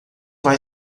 vai